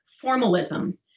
formalism